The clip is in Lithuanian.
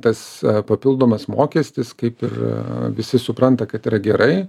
tas papildomas mokestis kaip ir visi supranta kad yra gerai